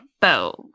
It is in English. bow